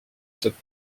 cette